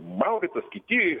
mauricas kiti